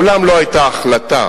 מעולם לא היתה החלטה